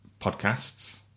podcasts